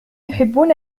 يحبون